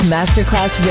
Masterclass